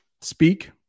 speak